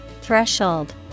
Threshold